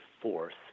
fourth